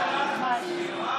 השרה גולן,